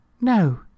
No